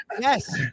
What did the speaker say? yes